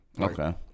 okay